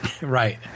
Right